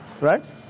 right